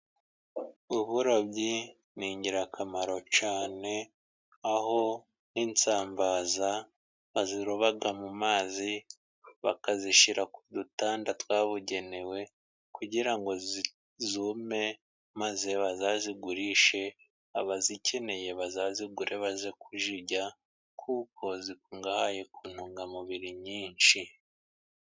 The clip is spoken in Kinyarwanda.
Uburobyi ni ingirakamaro cyane, aho insambaza baziroba mu mazi, bakazishyira ku dutanda twabugenewe, kugira ngo zume, maze bazazigurishe, abazikeneye bazazigure bajye kuzirya, kuko zikungahaye ku ntungamubiri nyinshi.